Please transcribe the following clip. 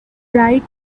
bright